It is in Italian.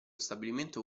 stabilimento